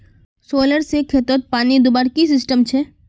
Solar से खेतोत पानी दुबार की सिस्टम छे?